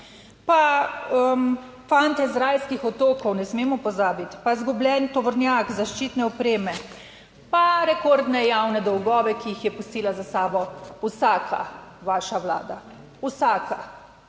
pa fantje z rajskih otokov, ne smemo pozabiti, pa izgubljen tovornjak zaščitne opreme, pa rekordne javne dolgove, ki jih je pustila za sabo vsaka vaša vlada, vsaka.